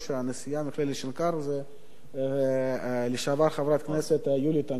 הנשיאה של מכללת שנקר היא חברת הכנסת לשעבר יולי תמיר,